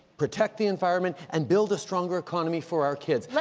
protect the environment and build a stronger economy for our kids.